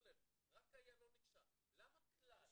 למה כלל